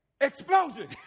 explosion